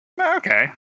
okay